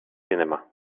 cinema